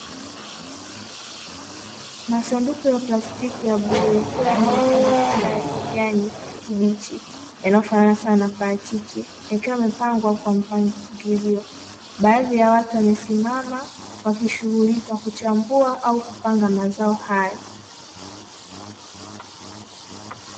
Masanduku ya plastiki ya bluu yakiwa yamejaa matunda ya kijani kibichi yanayofanana sana na parachichi, yakiwa yamepangwa kwa mpangilo. Baadhi ya watu wamesimama wakishughulika kuchambua au kupanga mazao hayo.